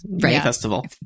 festival